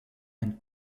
and